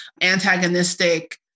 antagonistic